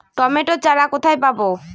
Tomato চারা কোথায় পাবো?